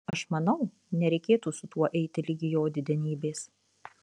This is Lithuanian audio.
aš manau nereikėtų su tuo eiti ligi jo didenybės